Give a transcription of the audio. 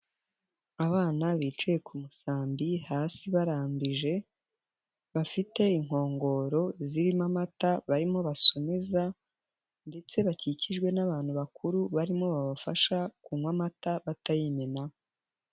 Abana bicaye ku musambi hasi barambije, bafite inkongoro zirimo amata barimo basomeza ndetse bakikijwe n'abantu bakuru barimo babafasha kunywa amata batayimena.